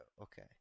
Okay